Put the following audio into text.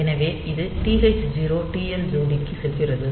எனவே இது TH0 TL0 ஜோடிக்கு செல்கிறது